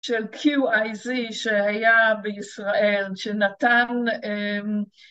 של QIZ שהיה בישראל שנתן